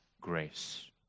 grace